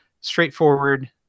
Straightforward